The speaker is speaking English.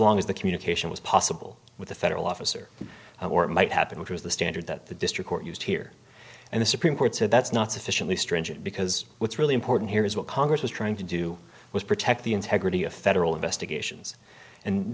long as the communication was possible with a federal officer or it might happen which is the standard that the district court used here and the supreme court said that's not sufficiently stringent because what's really important here is what congress was trying to do was protect the integrity of federal investigations and